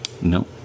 No